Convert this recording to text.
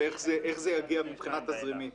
ואיך זה יגיע מבחינה תזרימית.